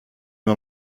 mir